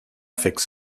fix